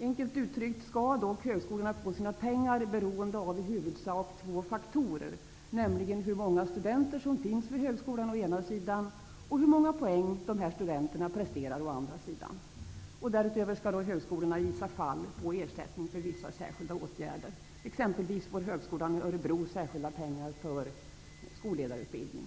Enkelt uttryckt skall dock högskolorna få sina pengar beroende av i huvudsak två faktorer, dels hur många studenter som finns vid högskolan, dels hur många poäng dessa studenter presterar. Därutöver skall högskolorna i vissa fall få ersättning för särskilda åtaganden. Högskolan i Örebro får t.ex. extra pengar för skolledarutbildning.